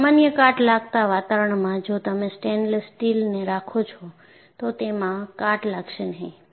સામાન્ય કાટ લાગતા વાતાવરણમાં જો તમે સ્ટેનલેસ સ્ટીલને રાખો છો તો તેમાં કાટ લાગશે નહીં